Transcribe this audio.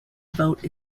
vote